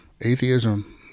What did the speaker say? atheism